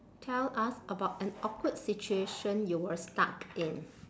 tell us about an awkward situation you were stuck in